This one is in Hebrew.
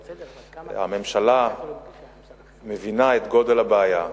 הממשלה מבינה את גודל הבעיה,